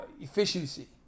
efficiency